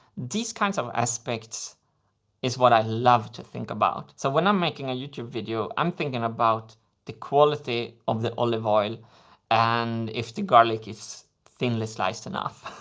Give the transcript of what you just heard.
these kinds of aspects is what i love to think about. so when i'm making a youtube video i'm thinking about the quality of the olive oil and if the garlic is thinly sliced enough.